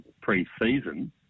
pre-season